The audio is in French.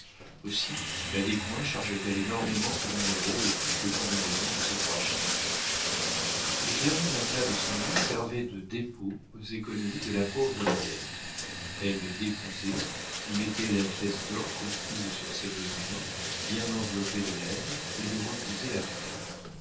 aussi la descoings chargeait elle énormément ce numéro et toutes les combinaisons de ces trois chiffres le dernier matelas de son lit servait de dépôt aux économies de la pauvre vieille elle le décousait y mettait la pièce d'or conquise sur ses besoins bien enveloppée de laine et le recousait après